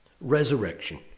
Resurrection